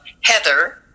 Heather